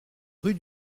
rue